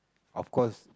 of course